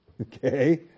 okay